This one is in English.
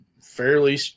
fairly